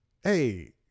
hey